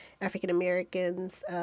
African-Americans